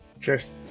Cheers